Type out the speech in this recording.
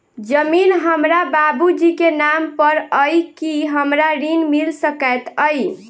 जमीन हमरा बाबूजी केँ नाम पर अई की हमरा ऋण मिल सकैत अई?